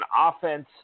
offense